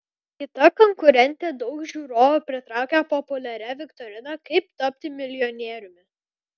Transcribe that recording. kita konkurentė daug žiūrovų pritraukia populiaria viktorina kaip tapti milijonieriumi